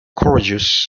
courageous